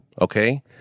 okay